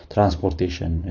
Transportation